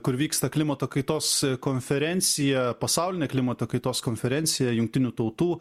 kur vyksta klimato kaitos konferencija pasaulinė klimato kaitos konferencija jungtinių tautų